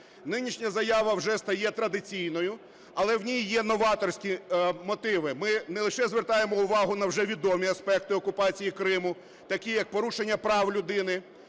Нинішня заява вже стає традиційною, але в ній є новаторські мотиви. Ми не лише звертаємо увагу на вже відомі аспекти окупації Криму, такі як порушення прав людини,